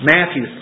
Matthew